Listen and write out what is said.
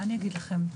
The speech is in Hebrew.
מה אני אגיד לכם?